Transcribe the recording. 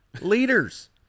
leaders